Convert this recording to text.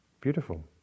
beautiful